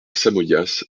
samoyas